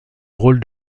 rôle